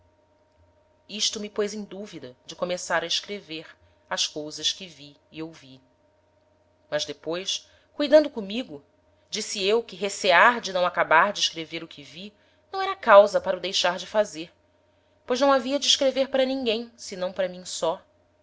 isto me pôs em duvida de começar a escrever as cousas que vi e ouvi mas depois cuidando comigo disse eu que recear de não acabar de escrever o que vi não era causa para o deixar de fazer pois não havia de escrever para ninguem senão para mim só